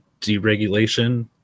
deregulation